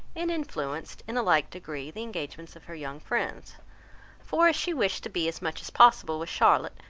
and influenced, in a like degree, the engagements of her young friends for as she wished to be as much as possible with charlotte,